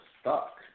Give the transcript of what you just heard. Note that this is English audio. stuck